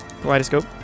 kaleidoscope